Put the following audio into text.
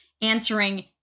answering